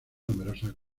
numerosas